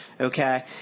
Okay